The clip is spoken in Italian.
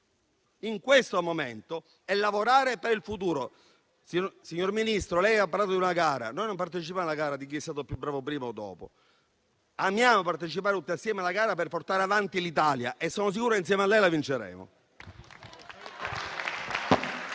intendiamo lavorare per il futuro. Signor Ministro, lei ha parlato di una gara. Noi non partecipiamo alla gara di chi è stato più bravo prima o dopo. Amiamo partecipare tutti assieme alla gara per portare avanti l'Italia e sono sicuro che insieme a lei la vinceremo.